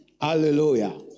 Hallelujah